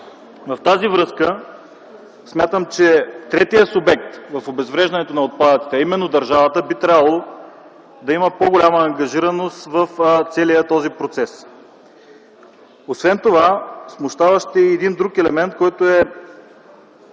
с това смятам, че третият субект в обезвреждането на отпадъците, а именно държавата, би трябвало да има по-голяма ангажираност в целия този процес. Освен това смущаващ е и един друг момент, който е